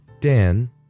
Dan